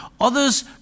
Others